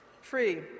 Free